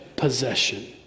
Possession